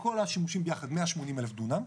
בכל השימושים ביחד 180,000 דונם,